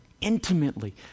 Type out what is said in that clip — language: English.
intimately